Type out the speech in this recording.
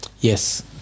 yes